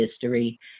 history